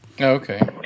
Okay